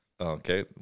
Okay